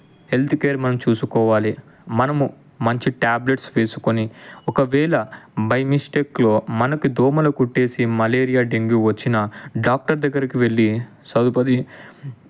health care మనం చూసుకోవాలి మనము మంచి ట్యాబ్లెట్స్ వేసుకొని ఒకవేళ బైమిస్టేక్లో మనకి దోమలు కుట్టేసి మలేరియా డెంగ్యూ వచ్చినా డాక్టర్ దగ్గరకి వెళ్ళి సదుపది